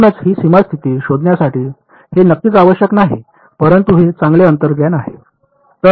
म्हणूनच ही सीमा स्थिती शोधण्यासाठी हे नक्कीच आवश्यक नाही परंतु हे चांगले अंतर्ज्ञान आहे